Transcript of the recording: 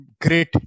great